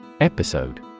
Episode